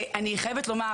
אני חייבת לומר